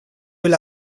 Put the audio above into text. will